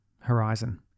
horizon